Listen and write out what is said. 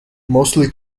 mostly